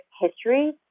history